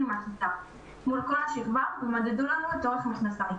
מהכיתה מול כל השכבה ומדדו לנו את אורך המכנסיים.